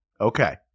Okay